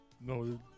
No